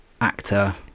actor